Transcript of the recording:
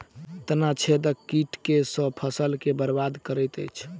तना छेदक कीट केँ सँ फसल केँ बरबाद करैत अछि?